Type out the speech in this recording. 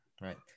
right